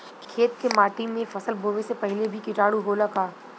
खेत के माटी मे फसल बोवे से पहिले भी किटाणु होला का?